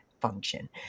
function